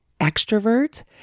extrovert